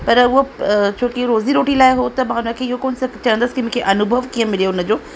पर उहो छोकी रोज़ी रोटी लाइ हू त मां उनखे इहो कोन स चवंदसि कि मूंखे अनुभव कीअं मिलियो हुन जो